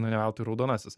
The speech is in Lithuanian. ne veltui raudonasis